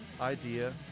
idea